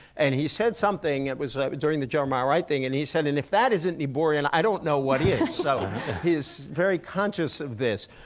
and he said something it was during the jeremiah wright thing and he said, and if that isn't niebuhrian i don't know what is. so he's very conscious of this.